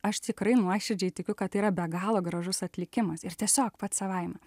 aš tikrai nuoširdžiai tikiu kad tai yra be galo gražus atlikimas ir tiesiog pats savaime